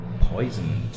poisoned